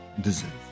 deserve